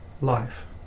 life